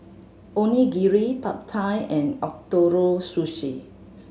Onigiri Pad Thai and Ootoro Sushi